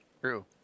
True